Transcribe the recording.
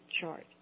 chart